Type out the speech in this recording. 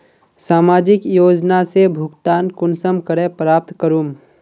सामाजिक योजना से भुगतान कुंसम करे प्राप्त करूम?